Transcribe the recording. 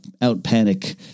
out-panic